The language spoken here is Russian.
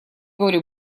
говорю